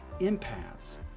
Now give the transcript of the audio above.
empaths